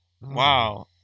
Wow